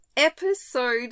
Episode